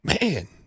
man